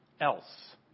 else